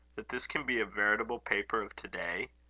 that this can be a veritable paper of to-day?